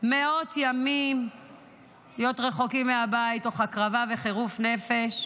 מאות ימים להיות רחוקים מהבית תוך הקרבה וחירוף נפש,